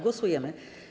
Głosujemy.